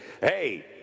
hey